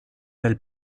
del